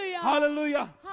Hallelujah